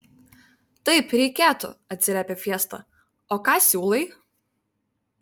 taip reikėtų atsiliepė fiesta o ką siūlai